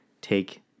take